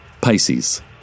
Pisces